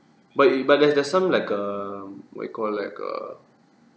but it but there there's some like um what you call like err